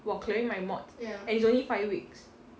while clearing my and is only five weeks